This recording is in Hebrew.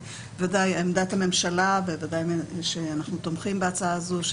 בוודאי שאנחנו תומכים בהצעה הזאת.